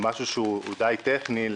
למשהו שהוא טכני למדי,